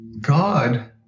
God